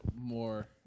more